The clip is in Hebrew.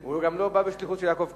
הוא גם לא בא בשליחות של יעקב כץ.